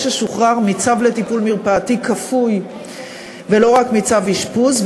ששוחרר מצו לטיפול מרפאתי כפוי ולא רק מצו אשפוז,